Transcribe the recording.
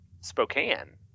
Spokane